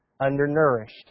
undernourished